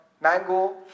mango